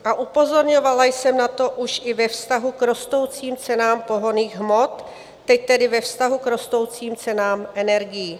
A upozorňovala jsem na to už i ve vztahu k rostoucím cenám pohonných hmot, teď tedy ve vztahu k rostoucím cenám energií.